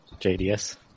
JDS